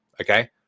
Okay